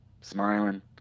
smiling